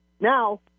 Now